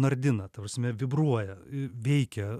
nardina ta prasme vibruoja veikia